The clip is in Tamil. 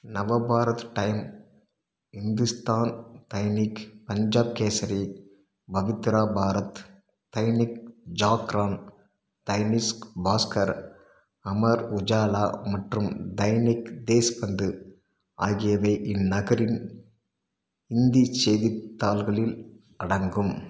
நவபாரத் டைம் இந்துஸ்தான் தைனிக் பஞ்சாப் கேசரி பவித்ரா பாரத் தைனிக் ஜாக்ரன் தைனிஸ்க் பாஸ்கர் அமர் உஜாலா மற்றும் தைனிக் தேஸ்பந்து ஆகியவை இந்நகரின் இந்தி செய்தித்தாள்களில் அடங்கும்